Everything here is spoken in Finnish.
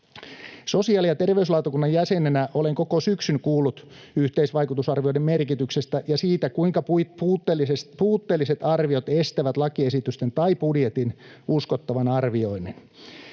Sosiaali- ja terveyslautakunnan jäsenenä olen koko syksyn kuullut yhteisvaikutusarvioiden merkityksestä ja siitä, kuinka puutteelliset arviot estävät lakiesitysten tai budjetin uskottavan arvioinnin.